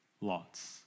lots